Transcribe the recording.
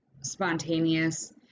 spontaneous